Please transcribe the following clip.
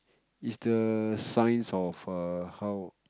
it's the signs of err how